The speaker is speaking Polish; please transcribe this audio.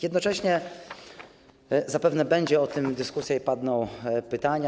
Jednocześnie zapewne będzie o tym dyskusja i padną pytania.